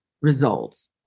results